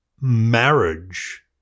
marriage